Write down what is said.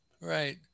Right